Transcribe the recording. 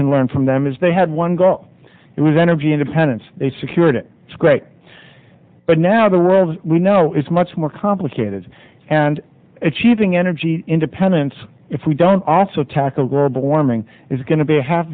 can learn from them is they had one goal it was energy independence they secured it it's great but now the road as we know is much more complicated and achieving energy independence if we don't also tackle global warming is going to be a half